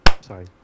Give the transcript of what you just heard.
Sorry